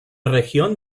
región